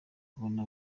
kubona